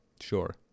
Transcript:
Sure